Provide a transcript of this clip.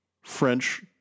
French